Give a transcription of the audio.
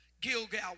Gilgal